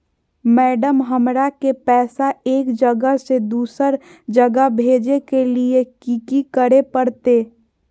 Madam, हमरा के पैसा एक जगह से दुसर जगह भेजे के लिए की की करे परते?